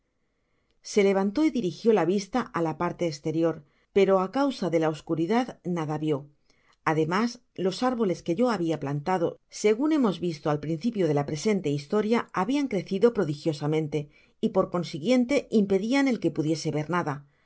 se levantó y dirigió la vista á la parte esterior pero á causa de la oscuridad nada vió ademas los árboles que yo había plantado segun hemos visto al principio de la presente historia habian crecido prodigiosamente y por consiguiente impedian el que pudiese ver nada